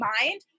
mind